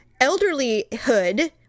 elderlyhood